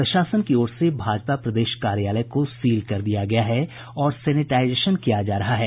प्रशासन की ओर से भाजपा प्रदेश कार्यालय को सील कर दिया गया है और सेनेटाईजेशन किया जा रहा है